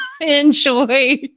enjoy